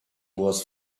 was